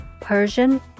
Persian